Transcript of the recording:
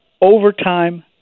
overtime